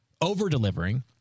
over-delivering